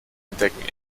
entdecken